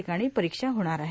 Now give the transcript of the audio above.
ठिकाणी परीक्षा होणार आहे